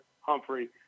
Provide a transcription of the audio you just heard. Humphrey